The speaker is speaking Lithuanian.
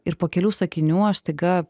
ir po kelių sakinių aš staiga